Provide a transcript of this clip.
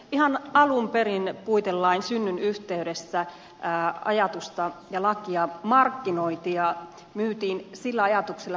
ihan alun perin puitelain synnyn yhteydessä ajatusta ja lakia markkinoitiin ja myytiin sillä ajatuksella että se on mahdollistava